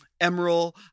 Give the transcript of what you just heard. Emerald